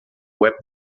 web